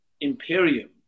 Imperium